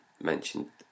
mentioned